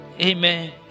amen